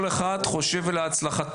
כל אחד חושב על הצלחתו.